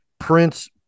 Prince